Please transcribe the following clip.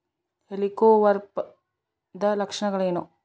ಹೆಲಿಕೋವರ್ಪದ ಲಕ್ಷಣಗಳೇನು?